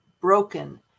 broken